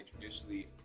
traditionally